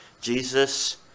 Jesus